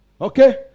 okay